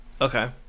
Okay